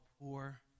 poor